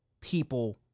people